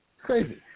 Crazy